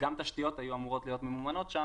גם תשתיות היו אמורות להיות ממומנות שם